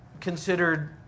considered